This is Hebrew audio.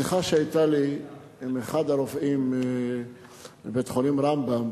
בשיחה שהיתה לי עם אחד הרופאים בבית-החולים "רמב"ם",